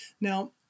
Now